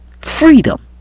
Freedom